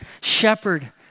shepherd